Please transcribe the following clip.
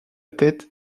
tête